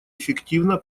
эффективно